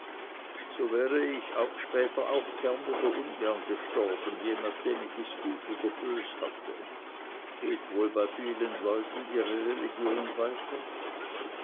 so wäre ich später auch gern oder ungern gestorben je nachdem ich es gut oder bös hatte geht wohl bei vielen leuten ihre religion weiter